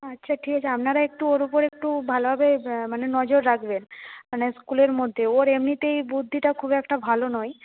আচ্ছা ঠিক আছে আপনারা একটু ওর উপর একটু ভালোভাবে মানে নজর রাখবেন মানে স্কুলের মধ্যে ওর এমনিতেই বুদ্ধিটা খুব একটা ভালো নয়